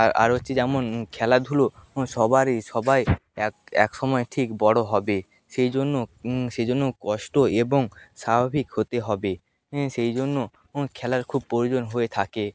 আর আর হচ্ছে যেমন খেলাধুলো সবারই সবাই এক এক সময় ঠিক বড় হবে সেই জন্য সেই জন্য কষ্ট এবং স্বাভাবিক হতে হবে সেই জন্য খেলার খুব প্রয়োজন হয়ে থাকে